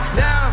now